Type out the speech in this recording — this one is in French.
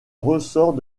ressort